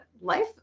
life